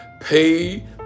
Pay